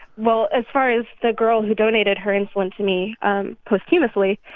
well, as far as the girl who donated her insulin to me um posthumously,